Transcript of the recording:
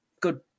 good